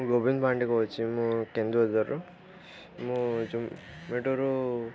ମୁଁ ଗୋବିନ୍ଦ ପାଣ୍ଡି କହୁଛି ମୁଁ କେନ୍ଦୁଝରରୁ ମୁଁ ଏଇଠାରୁ